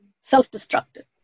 self-destructive